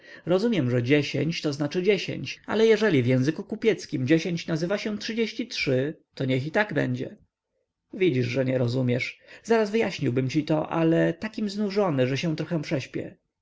rozumiem że dziesięć to znaczy dziesięć ale jeżeli w języku kupieckim dziesięć nazywa się trzydzieści trzy to niech i tak będzie widzisz że nie rozumiesz zaraz wyjaśniłbym ci to ale takim znużony że się trochę prześpię